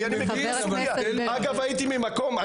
אגב הייתי ממקום,